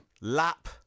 Lap